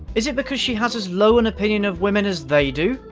is it because she has as low an opinion of women as they do?